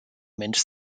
mensch